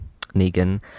Negan